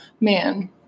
man